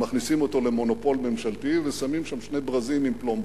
מכניסים אותו למונופול ממשלתי ושמים שם שני ברזים עם פלומבות.